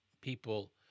people